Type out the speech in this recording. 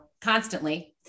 constantly